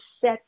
set